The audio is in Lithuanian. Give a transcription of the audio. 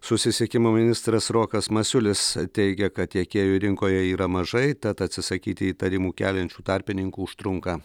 susisiekimo ministras rokas masiulis teigia kad tiekėjų rinkoje yra mažai tad atsisakyti įtarimų keliančių tarpininkų užtrunka